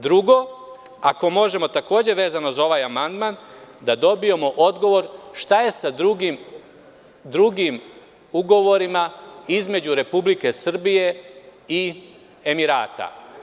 Drugo, ako možemo takođe vezano za ovaj amandman da dobijemo odgovor – šta je sa drugim ugovorima između Republike Srbije i Emirata?